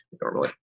normally